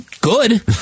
Good